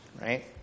right